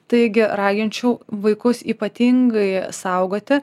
taigi raginčiau vaikus ypatingai saugoti